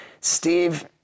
Steve